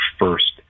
first